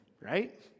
right